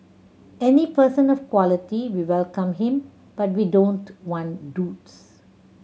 any person of quality we welcome him but we don't want duds